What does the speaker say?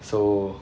so